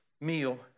meal